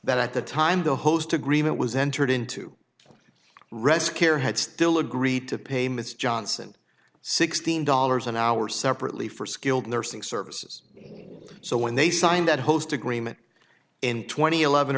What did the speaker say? that at the time the host agreement was entered into rest care had still agreed to pay ms johnson sixteen dollars an hour separately for skilled nursing services so when they signed that host agreement in twenty eleven